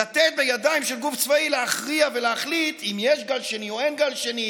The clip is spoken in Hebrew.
לתת בידיים של גוף צבאי להכריע ולהחליט אם יש גל שני או אין גל שני